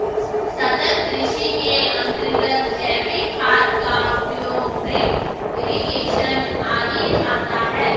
सतत् कृषि के अंतर्गत जैविक खाद का उपयोग, ड्रिप इरिगेशन आदि आता है